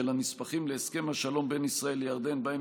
של הנספחים להסכם השלום בין ישראל לירדן שבהם